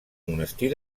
monestir